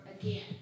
again